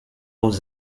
aux